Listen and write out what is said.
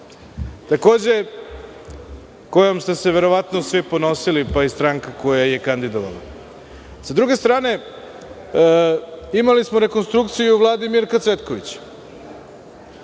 Marković, kojom ste se verovatno svi ponosili pa i stranka koja je kandidovala.S druge strane, imali smo rekonstrukciju Vlade Mirka Cvetković,